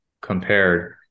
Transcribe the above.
compared